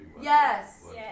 Yes